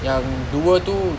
yang dua tu